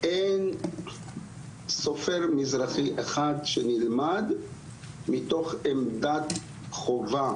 אין סופר מזרחי אחד שנלמד מתוך עמדת חובה.